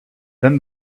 then